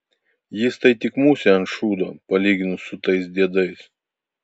jis tai tik musė ant šūdo palyginus su tais diedais